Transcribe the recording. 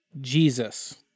Jesus